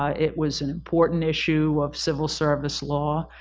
ah it was an important issue of civil service law,